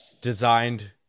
designed